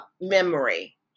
memory